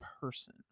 person